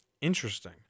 Interesting